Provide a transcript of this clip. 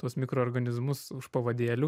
tuos mikroorganizmus už pavadėlių